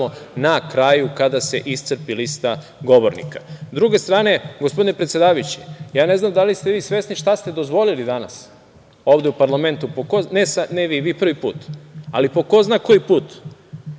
na kraju kada se iscrpi lista govornika.S druge strane, gospodine predsedavajući, ja ne znam da li ste vi svesni šta ste dozvolili danas ovde u parlamentu, ne vi, vi prvi put, ali po ko zna koji put.